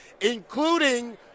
including